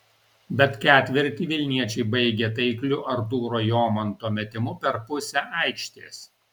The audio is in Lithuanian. bet ketvirtį vilniečiai baigė taikliu artūro jomanto metimu per pusę aikštės